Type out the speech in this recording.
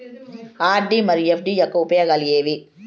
RD మరియు FD యొక్క ఉపయోగాలు ఏమి?